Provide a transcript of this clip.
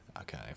Okay